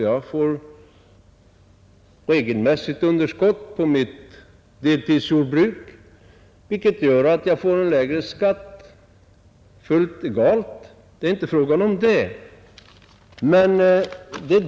Jag får regelmässigt underskott på mitt deltidsjordbruk, vilket gör att jag får lägre skatt. Det är ju också fullt legalt, det är inte fråga om annat.